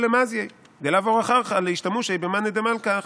למזייא דלאו אורח ארעא לאשתמושי במאני דמלכא הכי"